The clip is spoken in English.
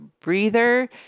breather